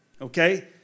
Okay